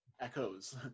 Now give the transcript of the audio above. Echoes